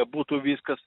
būtų viskas